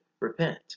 repent